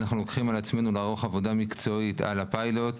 ואנחנו לוקחים על עצמנו לערוך עבודה מקצועית על הפיילוט,